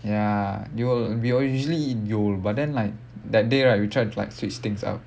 ya Yole will we will usually eat Yole but then like that day right we tried to like switch things up